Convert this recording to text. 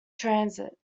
transit